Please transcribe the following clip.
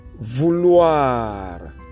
vouloir